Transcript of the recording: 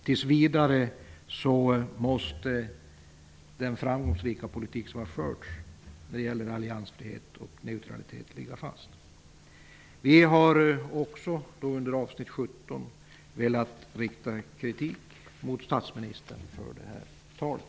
Tills vidare måste den framgångsrika politik som har förts när det gäller alliansfrihet och neutralitet ligga fast. Vi har också under avsnitt 17 velat rikta kritik mot statsministern på grund av det här talet.